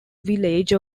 village